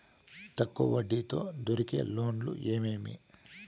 తక్కువ వడ్డీ తో దొరికే లోన్లు ఏమేమీ?